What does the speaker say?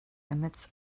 emits